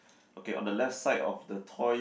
okay on the left side of the toys